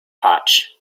potch